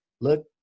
look